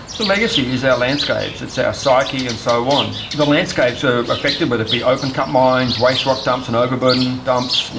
the legacy is our landscapes, it's ah our psyche and so on. the landscapes are affected, whether they be open cut mines, waste rock dumps and overburden dumps,